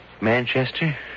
Manchester